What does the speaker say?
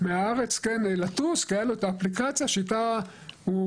מהארץ ולטוס כי היה לו את האפליקציה שאיתה הוא